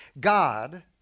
God